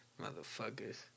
Motherfuckers